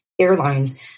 airlines